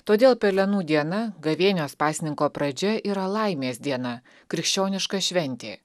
todėl pelenų diena gavėnios pasninko pradžia yra laimės diena krikščioniška šventė